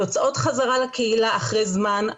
יוצאות חזרה לקהילה אחרי זמן,